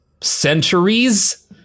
Centuries